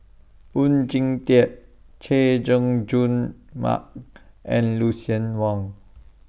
Oon Jin Teik Chay Jung Jun Mark and Lucien Wang